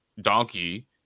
donkey